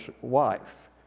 wife